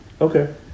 Okay